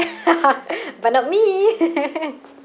but not me